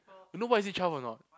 you know why is it twelve or not